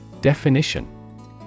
Definition